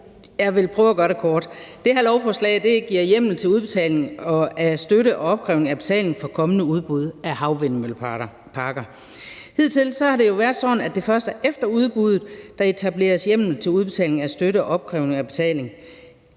jeg vil prøve at gøre det kort. Det her lovforslag giver hjemmel til udbetaling af støtte og opkrævning af betaling for kommende udbud af havvindmølleparker. Hidtil har det jo været sådan, at det først er efter udbuddet, at der etableres hjemmel til udbetaling af støtte og opkrævning af betaling,